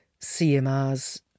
CMRs